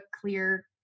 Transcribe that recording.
clear